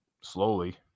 slowly